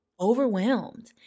overwhelmed